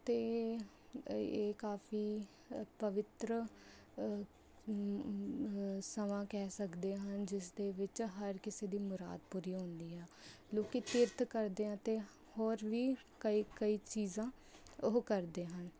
ਅਤੇ ਇਹ ਕਾਫੀ ਪਵਿੱਤਰ ਸਮਾਂ ਕਹਿ ਸਕਦੇ ਹਨ ਜਿਸ ਦੇ ਵਿੱਚ ਹਰ ਕਿਸੇ ਦੀ ਮੁਰਾਦ ਪੂਰੀ ਹੁੰਦੀ ਹੈ ਲੋਕੀ ਕਿਰਤ ਕਰਦੇ ਹੈ ਅਤੇ ਹੋਰ ਵੀ ਕਈ ਕਈ ਚੀਜ਼ਾਂ ਉਹ ਕਰਦੇ ਹਨ